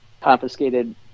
confiscated